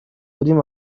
بودم